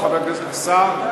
חבר הכנסת והשר,